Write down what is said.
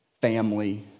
Family